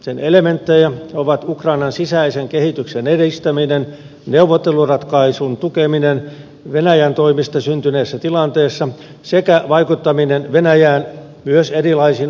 sen elementtejä ovat ukrainan sisäisen kehityksen edistäminen neuvotteluratkaisun tukeminen venäjän toimista syntyneessä tilanteessa sekä vaikuttaminen venäjään myös erilaisin rajoittavin toimin